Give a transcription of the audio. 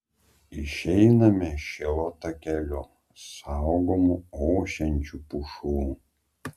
išeiname šilo takeliu saugomu ošiančių pušų